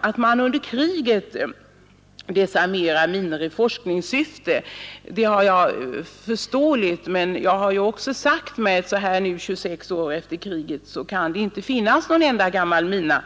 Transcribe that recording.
Att man under krig desarmerar minor i forskningssyfte kan jag förstå, men jag har också sagt mig att så här 26 år efter kriget kan det inte finnas någon enda gammal mina,